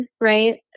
right